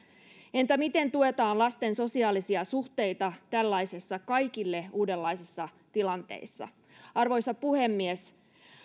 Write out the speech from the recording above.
entä miten tuetaan lasten sosiaalisia suhteita tällaisissa kaikille uudenlaisissa tilanteissa arvoisa puhemies